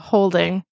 Holding